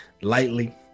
lightly